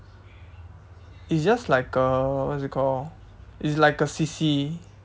it's just like a what is it called it's like a C_C